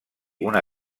una